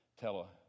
tell